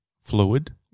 fluid